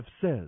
says